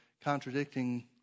contradicting